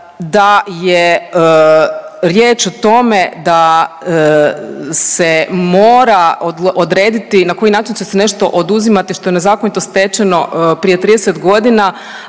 da je riječ o tome da se mora odrediti na koji način će se nešto oduzimati što je nezakonito stečeno prije 30 godina